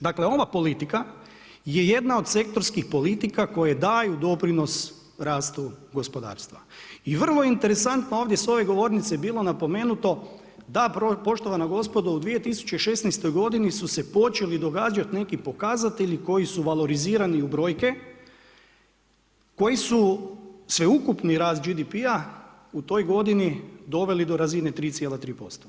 Dakle, ova politika je jedna od sektorskih politika koje daju doprinos rastu gospodarstva i vrlo je interesantno sa ove govornice bilo napomenuto da poštovana gospodo u 2016. godini su se počeli događati neki pokazatelji koji su valorizirani u brojke, koji su sveukupni rast GDP-a u toj godini doveli do razine 3,3%